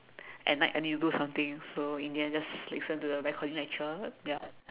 at night I need to do something so in the end just listen to the recording lecture ya